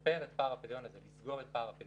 לשפר את פער הפריון הזה ולסגור אותו.